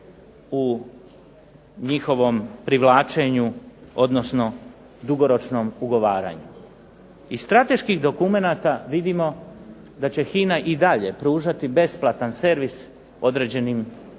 u njihovom privlačenju, odnosno dugoročnom ugovaranju? Iz strateških dokumenata vidimo da će HINA i dalje pružati besplatan servis određenim važnim